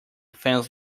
fans